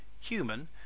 human